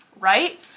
right